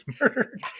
murdered